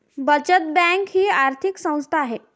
बचत बँक ही आर्थिक संस्था आहे